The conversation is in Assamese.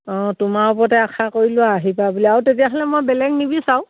অঁ তোমাৰ ওপতে আশা কৰিলোৱা আহিবা বুলি আৰু তেতিয়াহ'লে মই বেলেগ নিবিচাৰোঁ